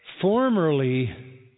formerly